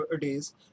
days